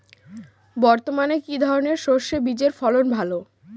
বর্তমানে কি ধরনের সরষে বীজের ফলন ভালো?